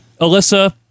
Alyssa